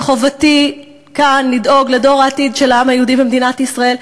וחובתי כאן לדאוג לדור העתיד של העם היהודי במדינת ישראל,